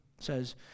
says